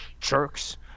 Jerks